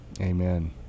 Amen